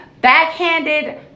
backhanded